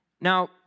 Now